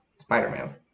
Spider-Man